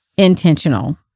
intentional